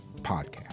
podcast